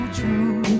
true